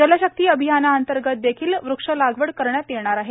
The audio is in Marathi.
जलशक्ती अभियानाअंतर्गत देखील वृक्ष लागवड करण्यात येणार आहे